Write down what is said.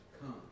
Come